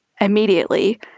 immediately